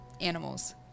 animals